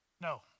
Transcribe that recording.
no